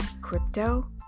Crypto